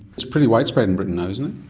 it's pretty widespread in britain now isn't